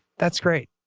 that's great.